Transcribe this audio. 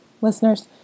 listeners